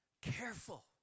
Careful